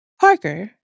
Parker